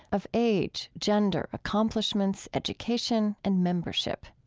of age, gender, accomplishments, education, and membership.